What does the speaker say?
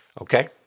Okay